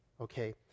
okay